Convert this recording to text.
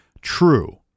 true